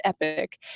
epic